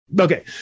Okay